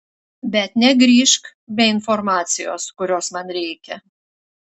bet negrįžk be informacijos kurios man reikia